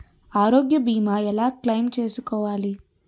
ఆరోగ్య భీమా ఎలా క్లైమ్ చేసుకోవాలి?